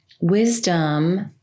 Wisdom